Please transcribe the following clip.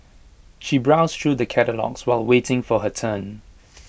she browsed through the catalogues while waiting for her turn